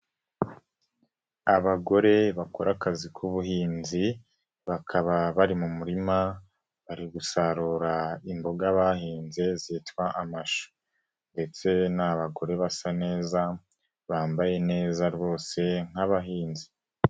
Abagore bakora akazi k'ubuhinzi, bakaba bari mu murima, bari gusarura imboga bahinze zitwa amashu. Ndetse ni abagore basa neza, bambaye neza rwose nk'abahinzi.